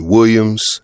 Williams